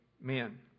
men